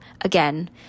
again